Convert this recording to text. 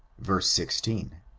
verse sixteen.